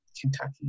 Kentucky